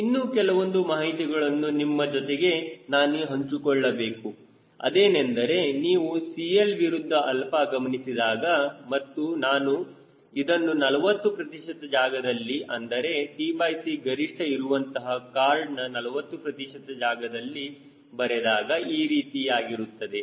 ಇನ್ನೂ ಕೆಲವೊಂದು ಮಾಹಿತಿಗಳನ್ನು ನಿಮ್ಮ ಜೊತೆಗೆ ನಾನು ಹಂಚಿಕೊಳ್ಳಬೇಕು ಅದೇನೆಂದರೆ ನೀವು CL ವಿರುದ್ಧ 𝛼 ಗಮನಿಸಿದಾಗ ಮತ್ತು ನಾನು ಇದನ್ನು 40 ಪ್ರತಿಶತ ಜಾಗದಲ್ಲಿ ಅಂದರೆ tc ಗರಿಷ್ಠ ಇರುವಂತಹ ಕಾರ್ಡನ 40 ಪ್ರತಿಶತ ಜಾಗದಲ್ಲಿ ಬರೆದಾಗ ಈ ರೀತಿಯಾಗಿರುತ್ತದೆ